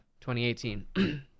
2018